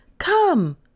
Come